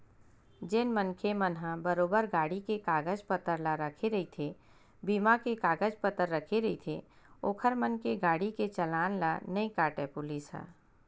जेन मनखे मन ह बरोबर गाड़ी के कागज पतर ला रखे रहिथे बीमा के कागज पतर रखे रहिथे ओखर मन के गाड़ी के चलान ला नइ काटय पुलिस ह